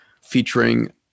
featuring